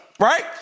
Right